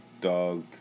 dog